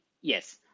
yes